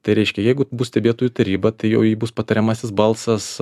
tai reiškia jeigu bus stebėtojų taryba jau ji bus patariamasis balsas